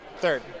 Third